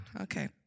Okay